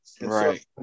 Right